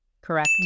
Correct